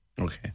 Okay